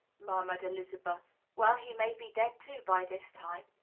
murmured elizabeth. well, he may be dead too, by this time.